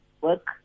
work